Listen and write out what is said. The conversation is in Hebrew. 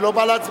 ולא בא להצביע,